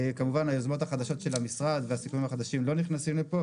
כמובן היוזמות החדשות של המשרד והסיכומים החדשים לא נכנסים לפה,